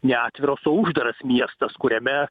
ne atviras o uždaras miestas kuriame